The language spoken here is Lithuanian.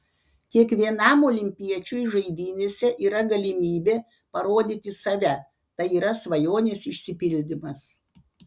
kiekvienam olimpiečiui žaidynėse yra galimybė parodyti save tai yra svajonės išsipildymas